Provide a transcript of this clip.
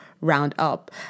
roundup